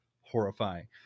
horrifying